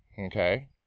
Okay